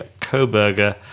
Koberger